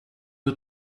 you